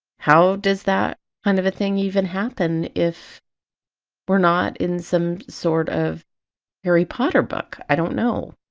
how does that kind of a thing even happen if we're not in some sort of harry potter book? i don't know